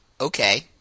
Okay